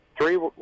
three